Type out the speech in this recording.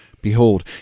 Behold